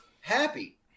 happy